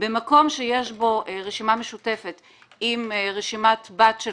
במקום שיש בו רשימה משותפת עם רשימת בת של